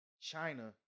China